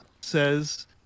says